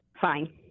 Fine